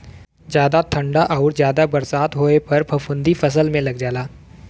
जादा ठंडा आउर जादा बरसात होए पर फफूंदी फसल में लग जाला